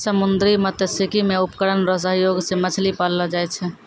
समुन्द्री मत्स्यिकी मे उपकरण रो सहयोग से मछली पाललो जाय छै